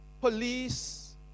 police